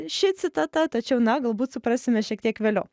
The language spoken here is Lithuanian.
ši citata tačiau na galbūt suprasime šiek tiek vėliau